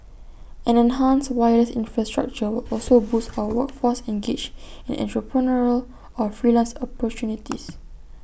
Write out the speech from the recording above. an enhanced wireless infrastructure will also boost our workforce engaged in entrepreneurial or freelance opportunities